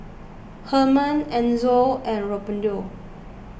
Herman Enzo and Randolph